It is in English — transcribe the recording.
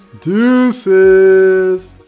Deuces